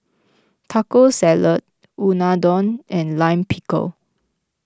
Taco Salad Unadon and Lime Pickle